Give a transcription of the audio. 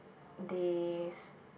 they